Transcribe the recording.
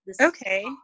Okay